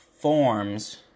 forms